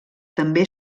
també